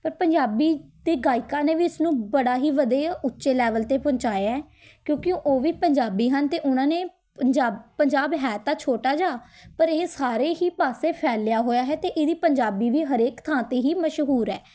ਪਰ ਪੰਜਾਬੀ ਤਾਂ ਗਾਇਕਾਂ ਨੇ ਵੀ ਇਸ ਨੂੰ ਬੜਾ ਹੀ ਵਧੀਆ ਉੱਚੇ ਲੈਵਲ 'ਤੇ ਪਹੁੰਚਾਇਆ ਹੈ ਕਿਉਂਕਿ ਓਹ ਵੀ ਪੰਜਾਬੀ ਹਨ ਅਤੇ ਉਨ੍ਹਾਂ ਨੇ ਪੰਜਾਬ ਪੰਜਾਬ ਹੈ ਤਾਂ ਛੋਟਾ ਜਾ ਪਰ ਇਹ ਸਾਰੇ ਹੀ ਪਾਸੇ ਫੈਲਿਆ ਹੋਇਆ ਹੈ ਅਤੇ ਇਹਦੀ ਪੰਜਾਬੀ ਵੀ ਹਰੇਕ ਥਾਂ 'ਤੇ ਹੀ ਮਸ਼ਹੂਰ ਹੈ